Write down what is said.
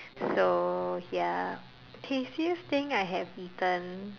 so ya tastiest thing I have eaten